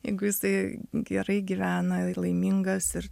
jeigu jisai gerai gyvena laimingas ir